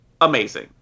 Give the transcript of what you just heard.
amazing